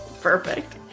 Perfect